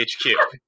HQ